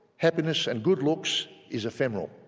happiness and good looks is ephemeral.